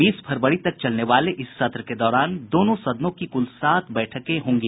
बीस फरवरी तक चलने वाले इस सत्र के दौरान दोनों सदनों की कुल सात बैठकें आयोजित होंगी